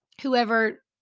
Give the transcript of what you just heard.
whoever